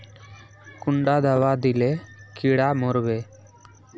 कुंडा दाबा दिले कीड़ा मोर बे?